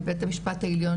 בית המשפט העליון,